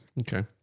Okay